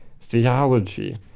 theology